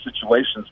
situations